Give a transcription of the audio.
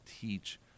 teach